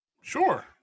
Sure